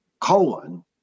colon